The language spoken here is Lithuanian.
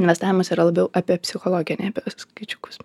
investavimas yra labiau apie psichologiją nei apie skaičiukus